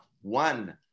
one